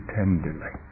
tenderly